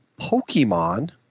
Pokemon